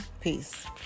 Peace